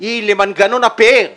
היא למנגנון הפאר והנוחות,